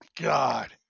God